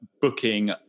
booking